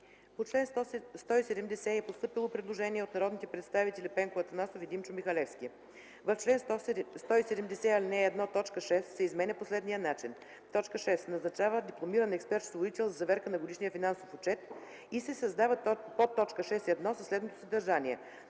По чл. 170 е постъпило предложение от народните представители Пенко Атанасов и Димчо Михалевски – в чл. 170, ал. 1 т. 6 се изменя по следния начин: „6. назначава дипломиран експерт-счетоводител за заверка на годишния финансов отчет” и се създава подточка 6.1. със следното съдържание: